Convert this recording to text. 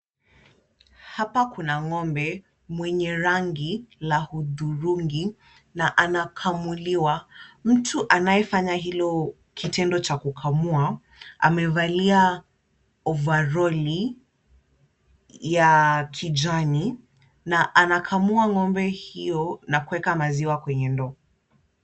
Hapa kuna ng'ombe mwenye rangi la hudhurungi, na ana kamuliwa. Mtu anayefanya hilo kitendo cha kukamua, amevalia ovaroli ya kijani, na anakamua ng'ombe hiyo na kuweka maziwa kwenye ndoo.